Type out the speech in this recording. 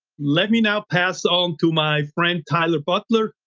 let me now pass on to my friend tyler butler,